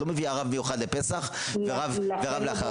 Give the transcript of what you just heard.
את לא מביאה רב מיוחד לפסח ורב לאחר הפסח.